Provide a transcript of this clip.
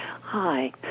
Hi